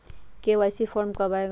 KYC form कब आए गा?